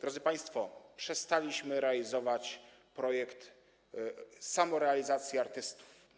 Drodzy państwo, przestaliśmy realizować projekt samorealizacji artystów.